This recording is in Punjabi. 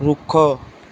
ਰੁੱਖ